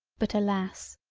but alas!